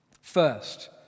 First